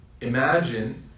Imagine